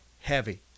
heavy